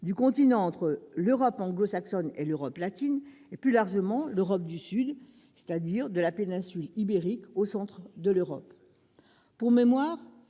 du continent entre l'Europe anglo-saxonne et l'Europe latine, et plus largement l'Europe du Sud, de la péninsule ibérique au centre de l'Europe. Pour mémoire,